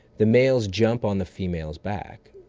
the males jump on the female's back,